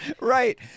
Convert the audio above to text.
Right